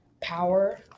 power